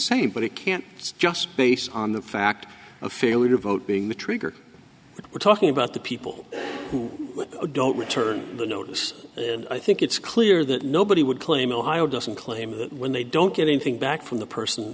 same but it can't it's just based on the fact of failure to vote being the trigger we're talking about the people who don't return the notice and i think it's clear that nobody would claim ohio doesn't claim when they don't get anything back from the person